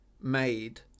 made